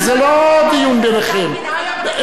חבר הכנסת טיבי,